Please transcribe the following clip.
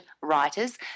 writers